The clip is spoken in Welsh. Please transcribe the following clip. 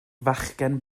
fachgen